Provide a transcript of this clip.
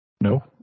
No